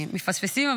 מפספסים.